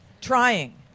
Trying